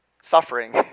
Suffering